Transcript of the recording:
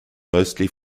mostly